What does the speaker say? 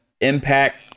impact